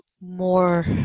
more